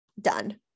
Done